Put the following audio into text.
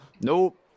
Nope